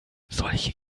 solche